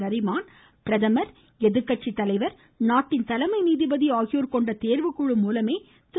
நரிமான் பிரதமர் எதிர்கட்சி தலைவர் நாட்டின் தலைமை நீதிபதி ஆகியோர் கொண்ட தேர்வு குழு மூலமே திரு